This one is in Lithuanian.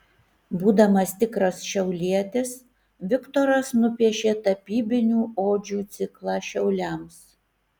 būdamas tikras šiaulietis viktoras nupiešė tapybinių odžių ciklą šiauliams